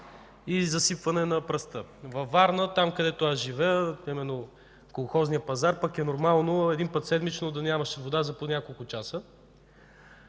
и засипване с пръст. Във Варна, където живея – до Колхозния пазар, е нормално един път седмично да няма вода за по няколко часа.